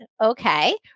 Okay